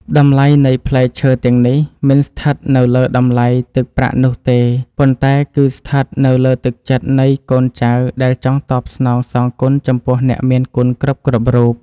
តម្លៃនៃផ្លែឈើទាំងនេះមិនស្ថិតនៅលើតម្លៃទឹកប្រាក់នោះទេ ប៉ុន្តែគឺស្ថិតនៅលើទឹកចិត្តនៃកូនចៅដែលចង់តបស្នងសងគុណចំពោះអ្នកមានគុណគ្រប់រូប។